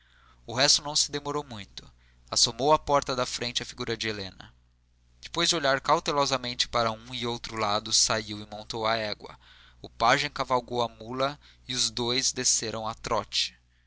o resto não se demorou muito assomou à porta da frente a figura de helena depois de olhar cautelosamente para um e outro lado saiu e montou a égua o pajem cavalgou a mula e os dois desceram a trote